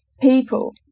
people